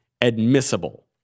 admissible